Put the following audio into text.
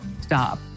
stop